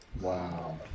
Wow